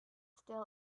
still